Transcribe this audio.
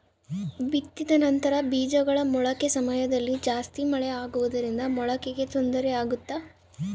ಬಿತ್ತಿದ ನಂತರ ಬೇಜಗಳ ಮೊಳಕೆ ಸಮಯದಲ್ಲಿ ಜಾಸ್ತಿ ಮಳೆ ಆಗುವುದರಿಂದ ಮೊಳಕೆಗೆ ತೊಂದರೆ ಆಗುತ್ತಾ?